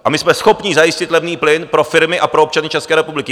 A my jsme schopni zajistit levný plyn pro firmy a pro občany České republiky.